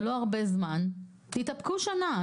זה לא הרבה זמן, תתאפקו שנה.